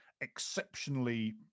exceptionally